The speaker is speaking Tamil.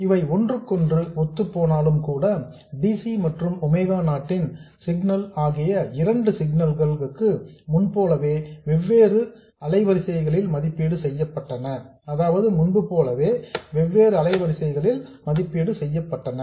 இவை ஒன்றுக்கொன்று ஒத்துப் போனாலும் கூட dc மற்றும் ஒமேகா நாட் ன் சிக்னல் ஆகிய 2 சிக்னல்ஸ் களுக்கு முன்புபோலவே வெவ்வேறு அலைவரிசைகளில் மதிப்பீடு செய்யப்பட்டன